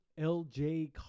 LJ